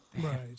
Right